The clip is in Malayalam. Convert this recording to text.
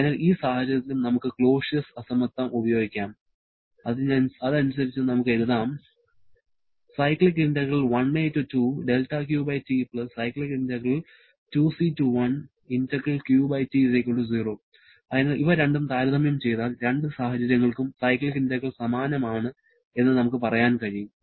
അതിനാൽ ഈ സാഹചര്യത്തിലും നമുക്ക് ക്ലോസിയസ് അസമത്വം ഉപയോഗിക്കാം അതനുസരിച്ച് നമുക്ക് എഴുതാം അതിനാൽ ഇവ രണ്ടും താരതമ്യം ചെയ്താൽ രണ്ട് സാഹചര്യങ്ങൾക്കും സൈക്ലിക് ഇന്റഗ്രൽ സമാനമാണ് എന്ന് നമുക്ക് പറയാൻ കഴിയും